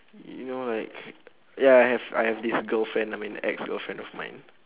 you know like ya I have I have this girlfriend I mean ex girlfriend of mine